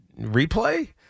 replay